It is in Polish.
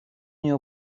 mnie